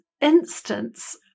instance